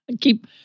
keep